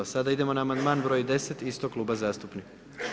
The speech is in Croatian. Sada idemo na amandman broj 10 istog kluba zastupnika.